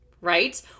right